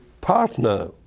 partner